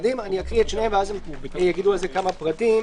אקריא את שניהם ואז יגידו על זה כמה פרטים.